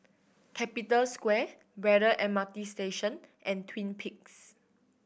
Capital Square Braddell M R T Station and Twin Peaks